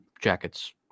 jackets